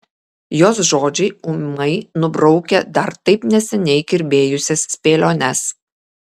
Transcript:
jos žodžiai ūmai nubraukia dar taip neseniai kirbėjusias spėliones